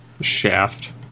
shaft